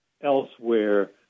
elsewhere